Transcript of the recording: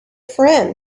friend